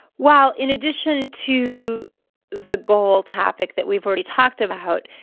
well, in addition to the goal topic that we've already talked about,